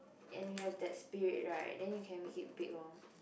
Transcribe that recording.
and you have that spirit right then you can make it big loh